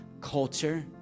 culture